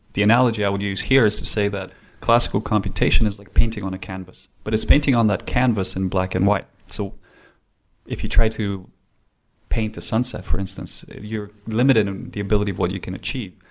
the analogy i would use here is to say that classical computation is like painting on a canvass but is painting on that canvass in black and white. so if you try to paint the sunset for instance, you're limited in the ability of what you can achieve.